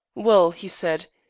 well, he said,